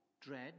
dread